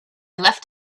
left